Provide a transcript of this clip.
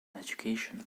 education